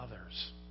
others